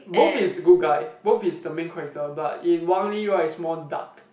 both is good guy both is the main character but in Wang-Lee right he's more dark